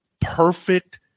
perfect